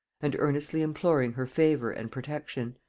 and earnestly imploring her favor and protection.